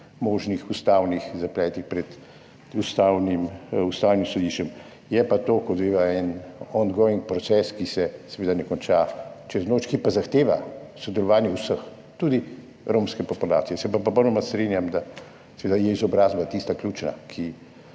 možnim ustavnim zapletom pred Ustavnim sodiščem. Je pa to, kot veva, en ongoing proces, ki se seveda ne konča čez noč, ki pa zahteva sodelovanje vseh, tudi romske populacije. Se pa popolnoma strinjam, da je seveda izobrazba tista ključna, ki